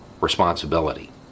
responsibility